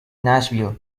nashville